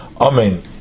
Amen